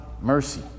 mercy